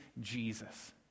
Jesus